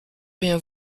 rien